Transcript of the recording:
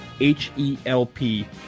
H-E-L-P